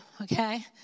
Okay